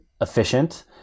efficient